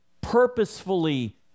purposefully